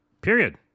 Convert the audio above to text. period